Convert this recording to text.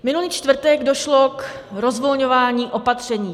Minulý čtvrtek došlo k rozvolňování opatření.